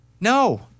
No